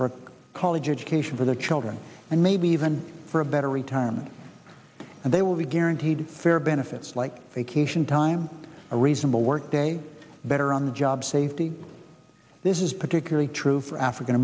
a college education for their children and maybe even for a better retirement and they will be guaranteed fair benefits like vacation time a reasonable work day better on the job safety this is particularly true for african